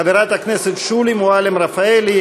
של חברי הכנסת שולי מועלם-רפאלי,